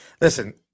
listen –